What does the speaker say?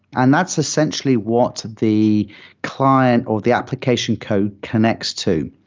and that's essentially what the client or the application code connects to.